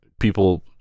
people